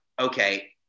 okay